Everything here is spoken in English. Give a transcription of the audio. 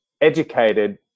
educated